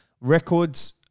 records